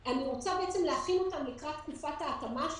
אני רוצה להכין אותם לקראת תקופת ההתאמה שלהם,